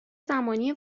زمانی